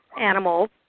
animals